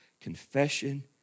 confession